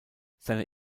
seine